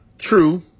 True